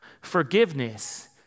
forgiveness